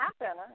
Happen